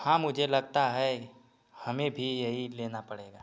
हाँ मुझे लगता है हमें भी यही लेना पड़ेगा